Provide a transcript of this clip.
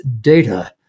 data